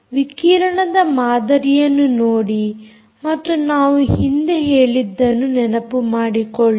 ವಿಕಿರಣದ ಮಾದರಿಯನ್ನು ನೋಡಿ ಮತ್ತು ನಾವು ಹಿಂದೆ ಹೇಳಿದ್ದನ್ನು ನೆನಪುಮಾಡಿಕೊಳ್ಳಿ